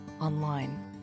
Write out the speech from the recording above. online